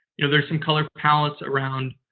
you know, there's some color palettes around.